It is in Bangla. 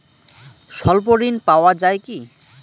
স্বল্প ঋণ পাওয়া য়ায় কি?